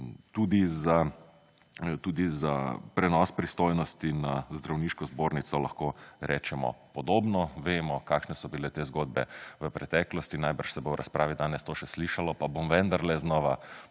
Tudi za prenos pristojnosti na zdravniško zbornico lahko rečemo podobno. Vemo kakšne so bile te zgodbe v preteklosti. Verjetno se bo v razpravi danes to še slišalo, pa bom vendarle znova ponovil.